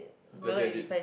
legit legit